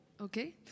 Okay